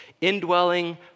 indwelling